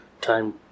time